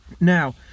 now